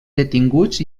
detinguts